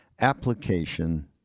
application